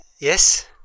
yes